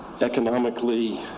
economically